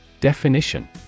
Definition